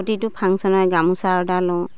প্ৰতিটো ফাংচনতে গামোচা অৰ্ডাৰ লওঁ